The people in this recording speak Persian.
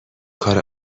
کار